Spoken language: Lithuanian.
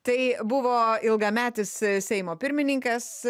tai buvo ilgametis seimo pirmininkas